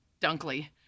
Dunkley